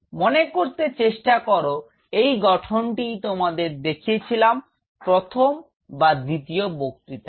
মনে করতে চেষ্টা কর এই গঠনটিই তোমাদের দেখিয়েছিলাম প্রথম বা দ্বিতীয় বক্তৃতায়